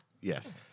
yes